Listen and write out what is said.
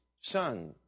son